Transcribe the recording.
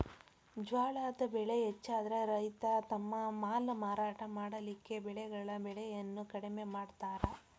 ಜ್ವಾಳದ್ ಬೆಳೆ ಹೆಚ್ಚಾದ್ರ ರೈತ ತಮ್ಮ ಮಾಲ್ ಮಾರಾಟ ಮಾಡಲಿಕ್ಕೆ ಬೆಳೆಗಳ ಬೆಲೆಯನ್ನು ಕಡಿಮೆ ಮಾಡತಾರ್